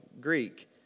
Greek